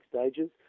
stages